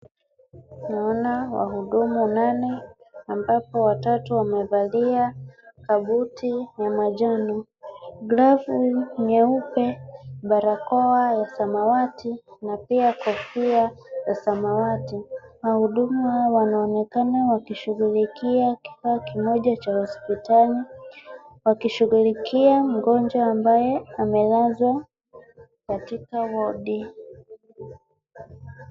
Naona wahudumu wanane ambapo watatu wamevalia kabuti ya manjano, glavu nyeupe, barakoa ya samawati na pia kofia ya samawati. Wahudumu hawa wanaonekana wakishughulikia kifaa kimoja cha hospitali, wakishughulikia mgonjwa mmoja aliyelazwa katika wadi.